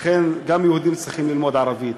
לכן, גם יהודים צריכים ללמוד ערבית.